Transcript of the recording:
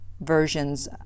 versions